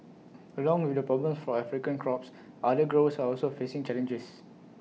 along with the problems for African crops other growers are also facing challenges